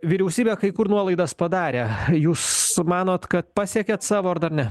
vyriausybė kai kur nuolaidas padarė jūs manot kad pasiekėt savo ar dar ne